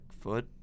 foot